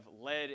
led